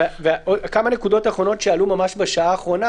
כמה נקודות אחרונות שעלו ממש בשעה האחרונה.